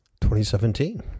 2017